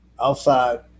outside